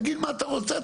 תגיד מה אתה רוצה.